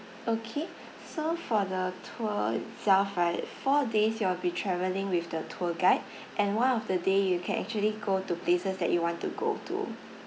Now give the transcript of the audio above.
okay so for the tour itself right four days you'll be travelling with the tour guide and one of the day you can actually go to places that you want to go to